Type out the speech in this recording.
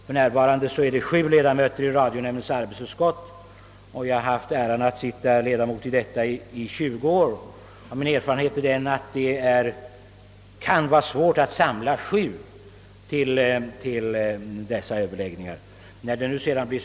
För närvarande har radionämndens arbetsutskott sju ledamöter. Jag har haft äran att vara ledamot av detta i tjugu år, och min erfarenhet är att det kan vara svårt att samla alla sju till sammanträden.